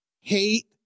Hate